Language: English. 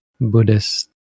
buddhist